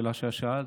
לשאלה שאת שאלת.